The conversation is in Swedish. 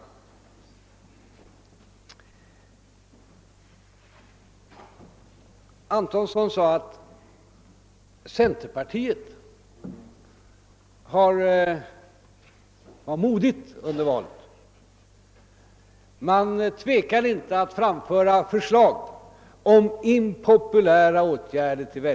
Herr Antonsson sade att centerpartiet uppträdde modigt under valrörelsen; man tvekade inte om att framföra förslag om impopulära åtgärder.